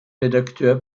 redakteur